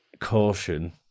caution